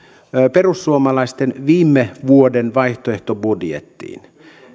perussuomalaisten viime vuoden vaihtoehtobudjettiin